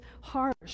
harsh